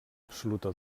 absoluta